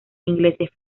ingleses